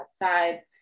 outside